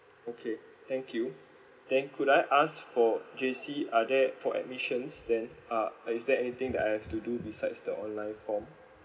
okay thank you then could I ask for J_C are there for admissions there uh is there anything that I have to do besides the online form